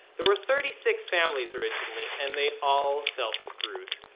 there were thirty-six families originally, and they all felt screwed.